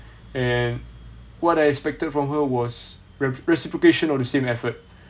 and what I expected from her was re~ reciprocation of the same effort